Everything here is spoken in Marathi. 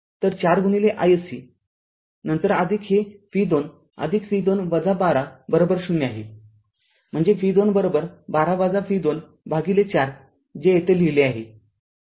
तर ४ गुणिले iSC नंतर हे v२ v२ १२० आहेम्हणजेच v२ १२ v२ भागिले ४ जे येथे लिहिले आहे